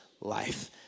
life